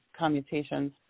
commutations